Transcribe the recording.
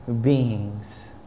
beings